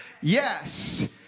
yes